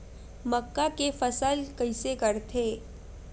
मक्का के फसल कइसे करथे?